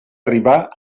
arribar